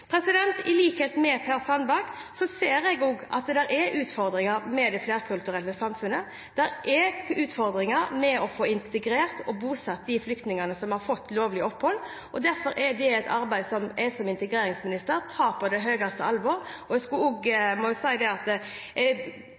utfordringer med det flerkulturelle samfunnet. Det er utfordringer med å få integrert og bosatt de flyktningene som har fått lovlig opphold, og derfor er det et arbeid som jeg som integreringsminister tar på det største alvor. Jeg må si at det er ganske spesielt når den tidligere integreringsministeren står her og viser til flere saker som den forrige regjeringen faktisk ikke klarte å gjøre noe med. Det